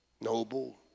noble